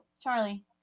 Charlie